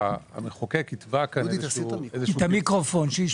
המחוקק התווה כאן איזשהו כיוון.